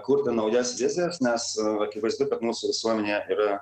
kurti naujas vizijas nes akivaizdu kad mūsų visuomenė yra